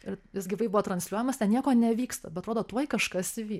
ir jis gyvai buvo transliuojamas ten nieko nevyksta bet atrodo tuoj kažkas įvyks